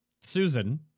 susan